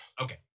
Okay